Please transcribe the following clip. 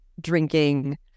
drinking